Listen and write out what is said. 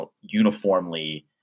uniformly